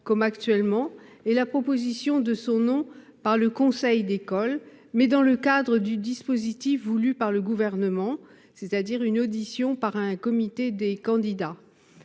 cas actuellement, ainsi que la proposition du nom par le conseil d'école, mais dans le cadre du dispositif voulu par le Gouvernement : une audition par un comité des candidats.